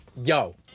Yo